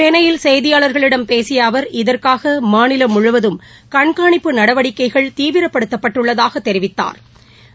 சென்னையில் செய்தியாளர்களிடம் பேசியஅவர் இதற்காகமாநிலம் முழுவதம் கண்காணிப்பு நடவடிக்கைகள் தீவிரப்படுத்தப்பட்டுள்ளதாகதெரிவித்தாா்